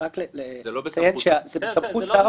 זה שיש פחות מתמחים